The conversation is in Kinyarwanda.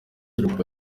drogba